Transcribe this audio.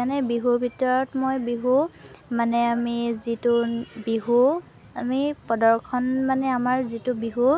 মানে বিহুৰ ভিতৰত মই বিহু মানে আমি যিটো বিহু আমি প্ৰদৰ্শন মানে আমাৰ যিটো বিহু